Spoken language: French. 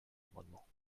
amendement